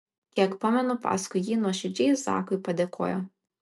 kiek pamenu paskui ji nuoširdžiai zakui padėkojo